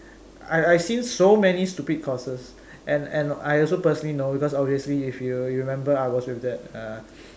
I I've seen so many stupid courses and and I also personally know because obviously if you you remember I was with that uh